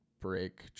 break